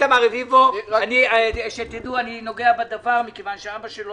איתמר רביבו אני נוגע בדבר מכיוון שאבא שלו